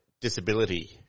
disability